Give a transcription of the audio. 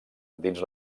dins